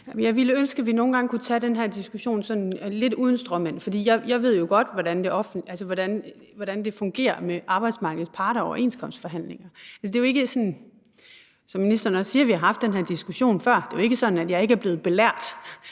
Jeg ville ønske, at vi nogle gange kunne tage den her diskussion sådan lidt uden stråmænd, for jeg ved jo godt, hvordan det fungerer med arbejdsmarkedets parter og overenskomstforhandlinger. Som ministeren også siger, har vi haft den her diskussion før. Det er jo ikke sådan, at jeg ikke før er blevet belært